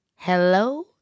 Hello